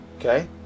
Okay